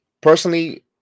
personally